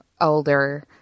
older